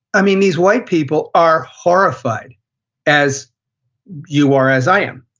i mean, these white people are horrified as you are, as i am.